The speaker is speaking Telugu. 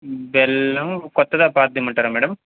బెల్లం కొత్తదా పాతది ఇమ్మంటారా మ్యాడమ్